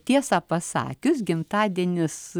tiesą pasakius gimtadienis